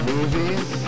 Movies